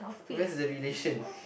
where's the relation